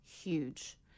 huge